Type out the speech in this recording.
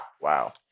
Wow